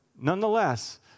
Nonetheless